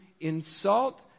insult